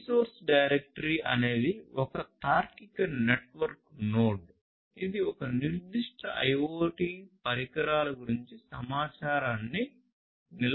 resource directory అనేది ఒక తార్కిక నెట్వర్క్ నోడ్ ఇది ఒక నిర్దిష్ట IoT పరికరాల గురించి సమాచారాన్ని నిల్వ చేస్తుంది